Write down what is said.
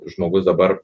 žmogus dabar